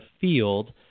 field